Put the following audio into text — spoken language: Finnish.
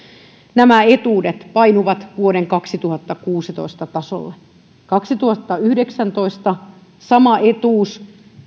etuudet painuvat vuoden kaksituhattakuusitoista tasolle kaksituhattayhdeksäntoista sama etuus